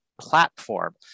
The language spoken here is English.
platform